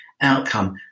outcome